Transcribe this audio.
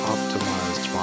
Optimized